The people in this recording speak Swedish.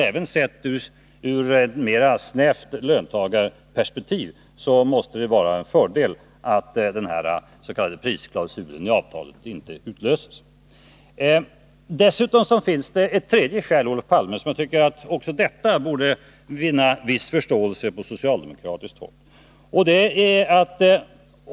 Även sett ur snävt löntagarperspektiv måste det alltså vara en fördel om den s.k. prisklausulen i avtalet inte utlöses. Vårt tredje skäl borde också vinna viss förståelse från socialdemokratiskt håll.